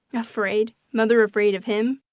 afraid? mother afraid of him?